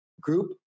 group